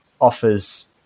offers